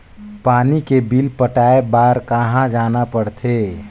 पानी के बिल पटाय बार कहा जाना पड़थे?